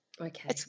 Okay